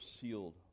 sealed